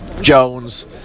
Jones